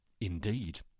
Indeed